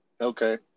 Okay